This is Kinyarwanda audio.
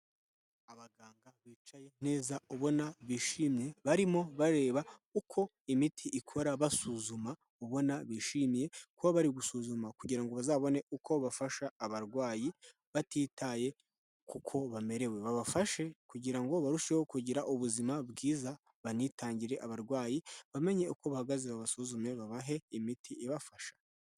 Abaganga bicaye neza ubona bishimye barimo bareba uko imiti ikora, basuzuma ubona bishimiye kuba bari gusuzuma kugira ngo bazabone uko bafasha abarwayi batitaye kuko bamerewe. Babafashe kugira ngo barusheho kugira ubuzima bwiza banitangire abarwayi, bamenye uko bahagaze babasuzume babahe imiti ibafasha.